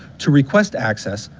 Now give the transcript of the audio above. to request access,